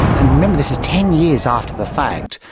and and remember this is ten years after the fact,